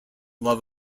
love